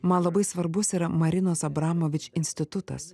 man labai svarbus yra marinos abramovič institutas